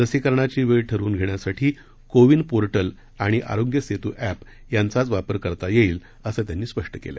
लसीकरणाची वेळ ठरवून घेण्यासाठी कोविन पोर्टल आणि आरोग्य सेतू एप यांचाच वापर करता येईल असं त्यांनी स्पष्ट केलं